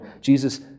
Jesus